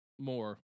more